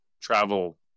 travel